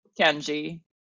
Kenji